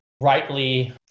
rightly